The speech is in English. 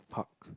park